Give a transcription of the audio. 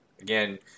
Again